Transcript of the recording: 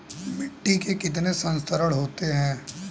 मिट्टी के कितने संस्तर होते हैं?